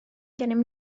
gennym